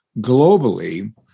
globally